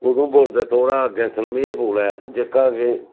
उधमपुर दे थोह्ड़ा अग्गें सलमेह् पुल ऐ जेह्का के